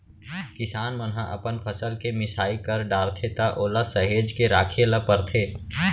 किसान मन ह अपन फसल के मिसाई कर डारथे त ओला सहेज के राखे ल परथे